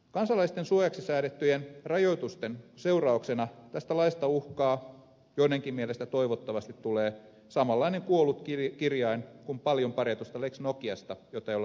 kansalaisten suojaksi säädettyjen rajoitusten seurauksena tästä laista uhkaa tulla joidenkin mielestä toivottavasti tulee samanlainen kuollut kirjain kuin paljon parjatusta lex nokiasta jota ei ole lainkaan käytetty